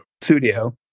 studio